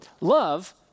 Love